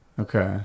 Okay